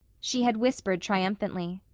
she had whispered triumphantly.